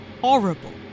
horrible